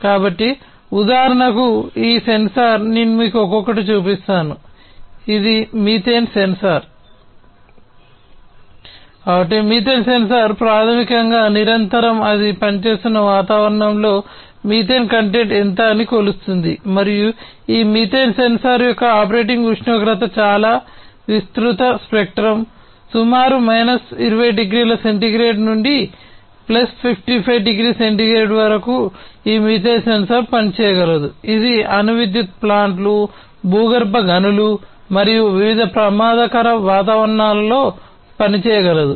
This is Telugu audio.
కాబట్టి ఈ మీథేన్ సెన్సార్ భూగర్భ గనులు మరియు వివిధ ప్రమాదకర వాతావరణాలలో పనిచేయగలదు